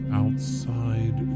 outside